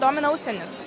domina užsienis